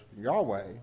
Yahweh